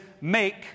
make